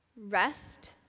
Rest